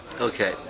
Okay